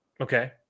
okay